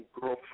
girl